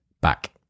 back